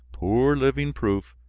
poor living proof,